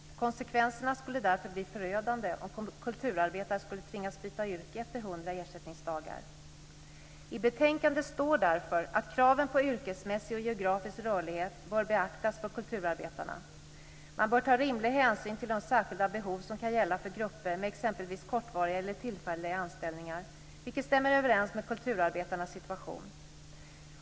Konsekvenserna skulle därför bli förödande om kulturarbetare skulle tvingas byta yrke efter hundra ersättningsdagar. I betänkandet står det därför att kraven på yrkesmässig och geografisk rörlighet bör beaktas för kulturarbetarna. Man bör ta rimlig hänsyn till de särskilda behov som kan gälla för grupper med exempelvis kortvariga eller tillfälliga anställningar, vilket stämmer överens med kulturarbetarnas situation.